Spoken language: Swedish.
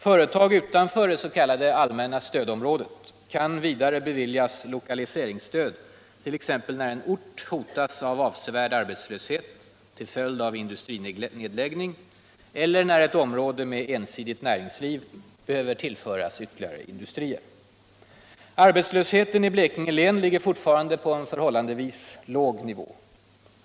Företag utanför det s.k. allmänna stödområdet kan vidare få lokaliseringsstöd t.ex. när en ort hotas av avsevärd arbetslöshet till följd av industrinedläggning eller när ett område med ensidigt näringsliv behöver tillföras ytterligare industrier. Arbetslösheten i Blekinge län ligger fortfarande på en förhållandevis låg nivå.